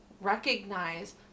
recognize